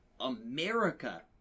America